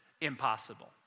impossible